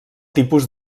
tipus